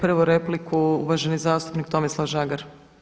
Prvu repliku uvaženi zastupnik Tomislav Žagar.